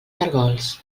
caragols